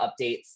updates